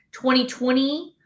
2020